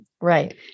Right